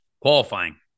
Qualifying